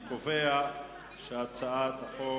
אני קובע שהצעת החוק